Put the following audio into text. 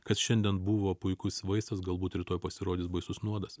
kas šiandien buvo puikus vaistas galbūt rytoj pasirodys baisus nuodas